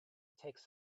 takes